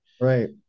Right